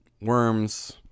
worms